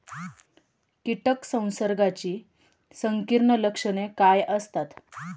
कीटक संसर्गाची संकीर्ण लक्षणे काय असतात?